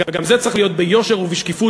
וגם זה צריך להיות ביושר ובשקיפות,